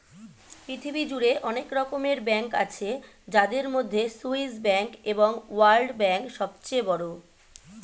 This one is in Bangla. পৃথিবী জুড়ে অনেক রকমের ব্যাঙ্ক আছে যাদের মধ্যে সুইস ব্যাঙ্ক এবং ওয়ার্ল্ড ব্যাঙ্ক সবচেয়ে বড়